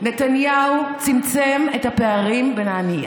נתניהו צמצם את הפערים בין העניים,